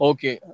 Okay